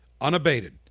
unabated